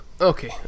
Okay